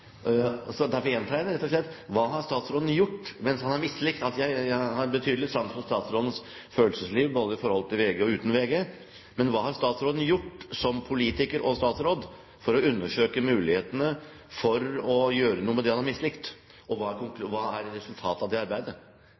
rett og slett: Jeg har betydelig sans for statsrådens følelsesliv, både i forhold til VG og uten VG, men hva har statsråden gjort som politiker og statsråd for å undersøke mulighetene for å gjøre noe med det han har mislikt, og hva er resultatet av det arbeidet?